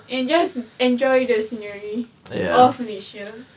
and just enjoy the scenery of malaysia